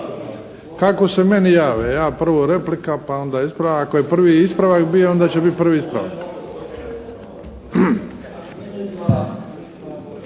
kako se meni jave. Ja prvo replika pa onda ispravak, ako je prvi ispravak bio onda će biti prvi ispravak.